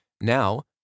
Now